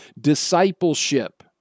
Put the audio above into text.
Discipleship